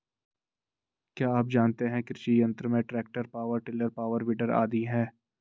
क्या आप जानते है कृषि यंत्र में tractor, power tiller, power weeder आदि है?